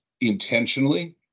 intentionally